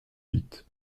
huit